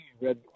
Red